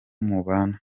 mubana